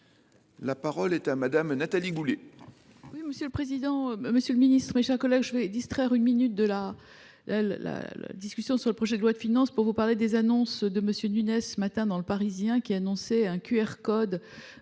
La parole est à Mme Nathalie Goulet,